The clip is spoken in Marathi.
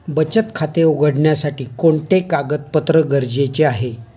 बचत खाते उघडण्यासाठी कोणते कागदपत्रे गरजेचे आहे?